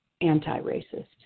anti-racist